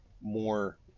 more